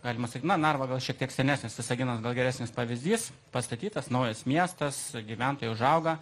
galima sakyt na narva gal šiek tiek senesnis visaginas geresnis pavyzdys pastatytas naujas miestas gyventojai užauga